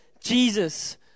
Jesus